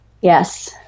Yes